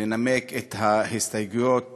לנמק את ההסתייגויות